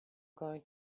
going